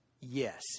Yes